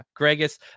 Gregus